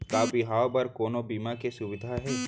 का बिहाव बर कोनो बीमा के सुविधा हे?